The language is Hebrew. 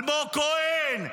אלמוג כהן,